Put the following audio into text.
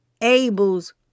Abel's